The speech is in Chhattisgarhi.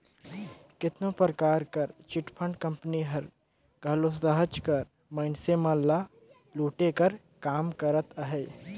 केतनो परकार कर चिटफंड कंपनी हर घलो सहज कर मइनसे मन ल लूटे कर काम करत अहे